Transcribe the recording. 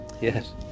Yes